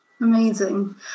amazing